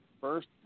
first